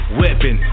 weapon